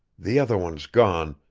the other one's gone,